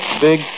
big